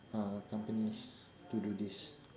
uh companies to do this